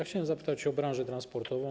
Chciałem zapytać o branżę transportową.